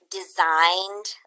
designed